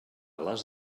les